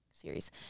series